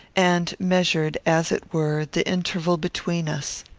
and measured, as it were, the interval between us.